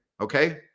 okay